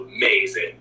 amazing